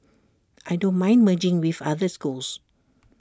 I don't mind merging with other schools